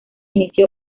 inició